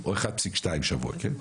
או 1.2 שבוע, כן?